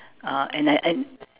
uh and I and